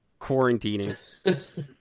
quarantining